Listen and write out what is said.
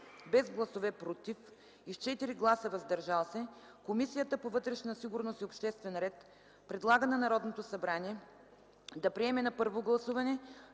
без гласове „против” и с 4 гласа „въздържали се”, Комисията по вътрешна сигурност и обществен ред предлага на Народното събрание да приеме на първо гласуване